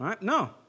No